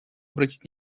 обратить